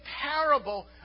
parable